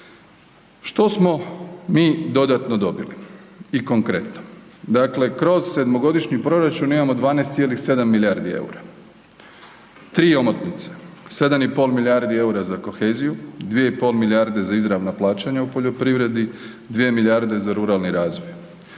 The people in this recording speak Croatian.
Što smo mi dodatno dobili i konkretno? Dakle, kroz sedmogodišnji proračun imamo 12,7 milijardi EUR-a, 3 omotnice 7,5 milijardi EUR-a za koheziju, 2,5 milijarde za izravna plaćanja u poljoprivredi, 2 milijarde za ruralni razvoj.